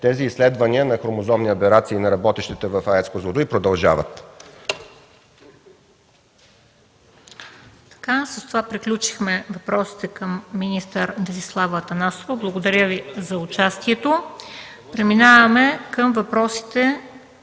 че изследванията на хромозомни аберации на работещите в АЕЦ „Козлодуй” продължават.